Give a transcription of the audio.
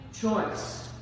choice